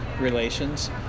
relations